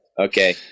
Okay